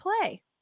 play